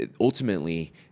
ultimately